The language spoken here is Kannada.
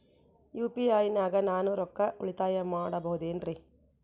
ಯು.ಪಿ.ಐ ನಾಗ ನಾನು ರೊಕ್ಕ ಉಳಿತಾಯ ಮಾಡಬಹುದೇನ್ರಿ?